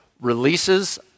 releases